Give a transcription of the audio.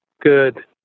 Good